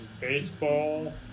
baseball